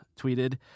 tweeted